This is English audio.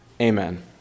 amen